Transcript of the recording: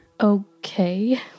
Okay